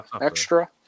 extra